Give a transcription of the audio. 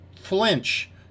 flinch